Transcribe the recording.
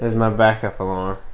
my backup alarm